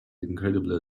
incredibly